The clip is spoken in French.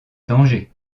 danger